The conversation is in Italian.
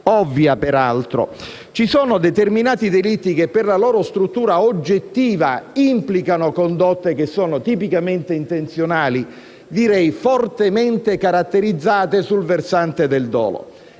cosa, peraltro ovvia: ci sono determinati delitti che, per la loro struttura oggettiva, implicano condotte che sono tipicamente intenzionali, direi fortemente caratterizzate sul versante del dolo.